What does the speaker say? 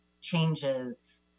changes